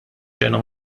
xena